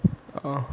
uh